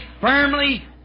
firmly